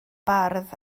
bardd